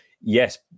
yes